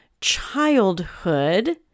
childhood